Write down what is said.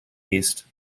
east